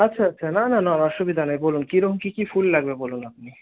আচ্ছা আচ্ছা না না না অসুবিধা নেই বলুন কীরকম কী কী ফুল লাগবে বলুন আপনি